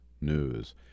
News